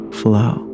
flow